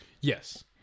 Yes